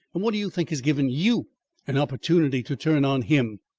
and what do you think has given you an opportunity to turn on him?